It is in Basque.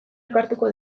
elkartuko